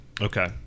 Okay